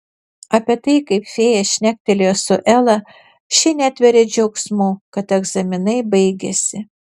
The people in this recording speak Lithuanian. apie tai kaip fėja šnektelėjo su ela ši netveria džiaugsmu kad egzaminai baigėsi